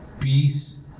peace